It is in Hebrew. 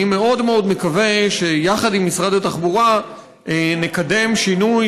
אני מאוד מקווה שיחד עם משרד התחבורה נקדם שינוי,